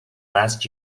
last